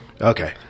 okay